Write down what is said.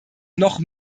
noch